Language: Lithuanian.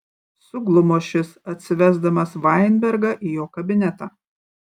suglumo šis atsivesdamas vainbergą į jo kabinetą